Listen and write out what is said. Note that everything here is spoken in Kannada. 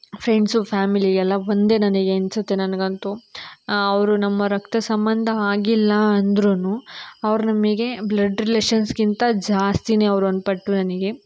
ಫ್ರೆಂಡ್ಸು ಫ್ಯಾಮಿಲಿ ಎಲ್ಲ ಒಂದೇ ನನಗೆ ಅನಿಸುತ್ತೆ ನನಗಂತೂ ಅವರು ನಮ್ಮ ರಕ್ತ ಸಂಬಂಧ ಆಗಿಲ್ಲ ಅಂದ್ರೂ ಅವ್ರು ನಮಗೆ ಬ್ಲಡ್ ರಿಲೇಷನ್ಸ್ಗಿಂತ ಜಾಸ್ತಿಯೇ ಅವ್ರು ಒಂದು ಪಟ್ಟು ನನಗೆ